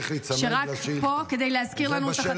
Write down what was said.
הם פה כדי להזכיר לנו את החטופים והחטופות.